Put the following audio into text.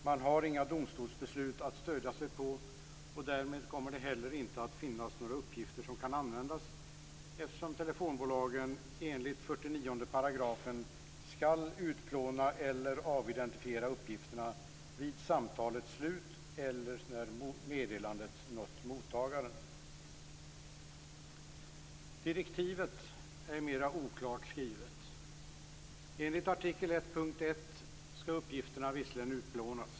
Man har inga domstolsbeslut att stödja sig på, och därmed kommer det heller inte att finnas några uppgifter som kan användas eftersom telefonbolagen, enligt 49 § "skall utplåna eller avidentifiera uppgifterna vid samtalets slut eller när meddelandet nått mottagaren". Direktivet är mera oklart skrivet. Enligt artikel 1 punkt 1 skall uppgifterna visserligen utplånas.